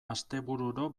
astebururo